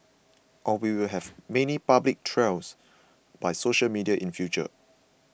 or we will have many public trials by social media in future